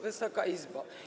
Wysoka Izbo!